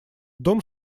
дом